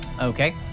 Okay